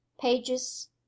pages